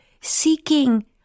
seeking